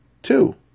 Two